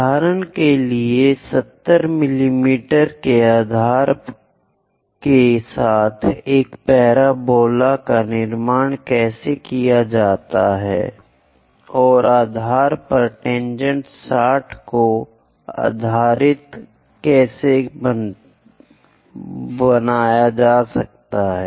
उदाहरण के लिए 70 मिलीमीटर के आधार के साथ एक पैराबोला का निर्माण कैसे किया जाता है और आधार पर टेनजेंट 60 को आधार बनाती है